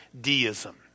deism